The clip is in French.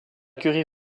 curie